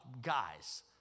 Guys